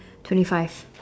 twenty five